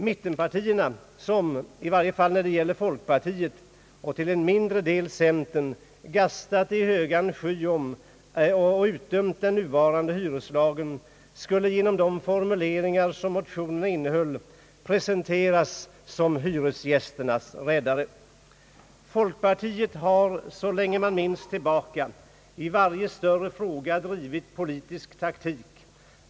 Mittenpartierna som — i varje fall när det gäller folkpartiet och till en mindre del centern — gastat i högan sky och ut .dömt den nuvarande hyreslagen skulle genom de formuleringar som motionerna innehöll presenteras som hyresgästernas räddare. Folkpartiet har så länge man minns tillbaka i varje större fråga drivit politisk taktik.